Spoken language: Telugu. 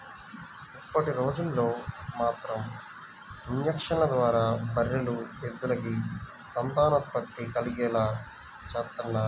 ఇప్పటిరోజుల్లో మాత్రం ఇంజక్షన్ల ద్వారా బర్రెలు, ఎద్దులకి సంతానోత్పత్తి కలిగేలా చేత్తన్నారు